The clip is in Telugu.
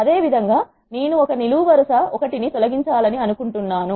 అదే విధంగా నేను ఒక నిలువు వరుస 1 ని తొలగించాలని అనుకుంటున్నాను